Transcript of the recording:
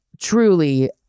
truly